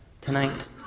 tonight